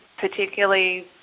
Particularly